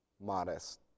modest